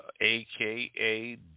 AKA